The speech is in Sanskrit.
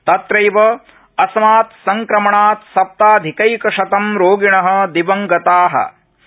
तत्रैव अस्मात् संक्रमणात् सप्ताधिकैकशतम् रोगिण दिवंगता जाता